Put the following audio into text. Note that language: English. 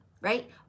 right